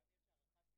סדר היום תקנות האומנה,